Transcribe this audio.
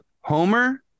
Homer